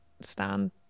stand